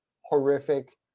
horrific